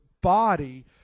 body